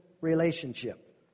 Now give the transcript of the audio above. relationship